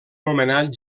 nomenat